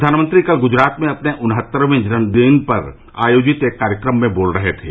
प्रधानमंत्री कल गुजरात में अपने उन्हतरवें जन्म दिन पर आयोजित एक कार्यक्रम में बोल रहे थे